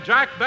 Jack